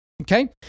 Okay